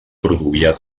produïa